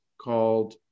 called